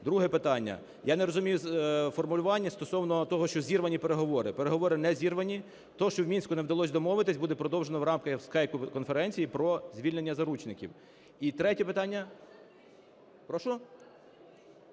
Друге питання. Я не розумію формулювання стосовно того, що зірвані переговори. Переговори не зірвані. Те, що в Мінську не вдалося домовитися, буде продовжено в рамках скайпової конференції про звільнення заручників. І третє питання? Прошу?